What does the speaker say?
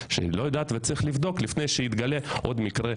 שצריך לבדוק לפני שיתגלה עוד מקרה.